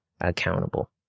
accountable